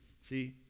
See